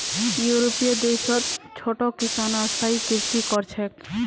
यूरोपीय देशत छोटो किसानो स्थायी कृषि कर छेक